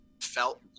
felt